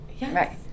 yes